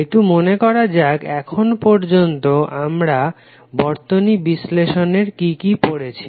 একটু মনে করা যাক এখন পর্যন্ত আমরা বর্তনী বিশ্লেষণের কি কি পড়েছি